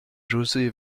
josé